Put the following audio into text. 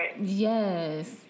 Yes